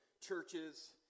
churches